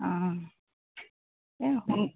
অঁ এই